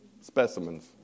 specimens